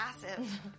massive